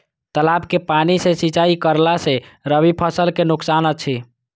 तालाब के पानी सँ सिंचाई करला स रबि फसल के नुकसान अछि?